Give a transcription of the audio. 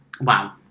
Wow